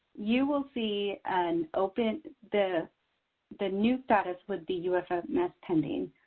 you will see an open. the the new status would be ufms pending.